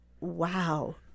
wow